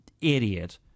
idiot